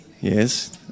Yes